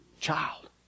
child